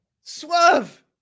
Swerve